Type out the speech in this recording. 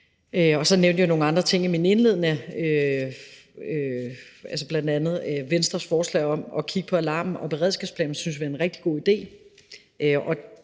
Så nævnte jeg nogle andre ting i min indledende tale, bl.a. Venstres forslag om at kigge på alarm- og beredskabsplanerne. Det synes jeg ville være en rigtig god idé.